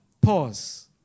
Pause